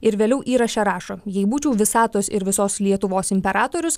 ir vėliau įraše rašo jei būčiau visatos ir visos lietuvos imperatorius